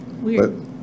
Weird